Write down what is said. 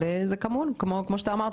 כמו שאמרת,